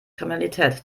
kriminalität